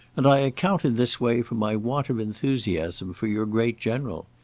and i account in this way for my want of enthusiasm for your great general.